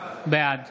בעד